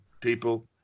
people